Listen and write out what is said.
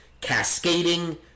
cascading